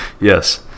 Yes